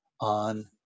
on